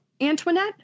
Antoinette